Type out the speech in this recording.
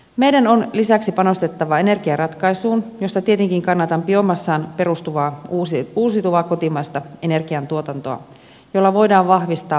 meidän on lisäksi panostettava energiaratkaisuun jossa tietenkin kannatan biomassaan perustuvaa uusiutuvaa kotimaista energiantuotantoa jolla voidaan vahvistaa paikallistalouksia kansantalouden ohella